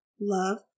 love